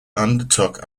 undertook